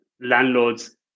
landlords